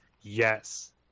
Yes